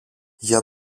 για